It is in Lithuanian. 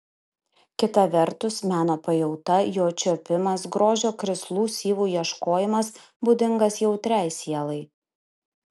kita vertus meno pajauta jo čiuopimas grožio krislų syvų ieškojimas būdingas jautriai sielai